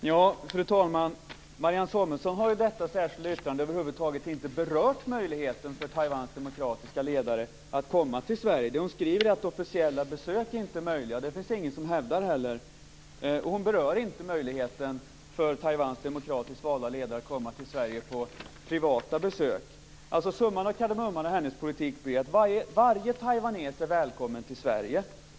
Fru talman! Marianne Samuelsson har i detta särskilda yttrande över huvud taget inte berört möjligheten för Taiwans demokratiska ledare att komma till Sverige. Det hon skriver är att officiella besök inte är möjliga. Det finns ingen som hävdar det heller. Hon berör inte möjligheten för Taiwans demokratiskt valda ledare att komma till Sverige på privata besök. Summan av kardemumman av hennes politik blir att varje taiwanes är välkommen till Sverige.